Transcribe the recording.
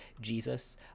Jesus